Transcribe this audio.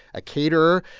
a caterer.